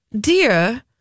Dear